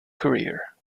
career